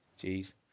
Jeez